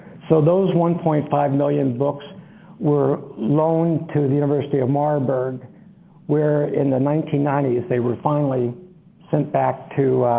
so those one point five million books were loaned to the university of marburg where in the nineteen ninety s they were finally sent back to